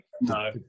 No